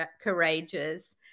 courageous